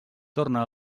torna